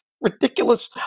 ridiculous